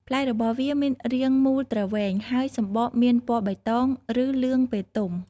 ផ្លែរបស់វាមានរាងមូលទ្រវែង ហើយសម្បកមានពណ៌បៃតង ឬលឿងពេលទុំ។